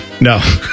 No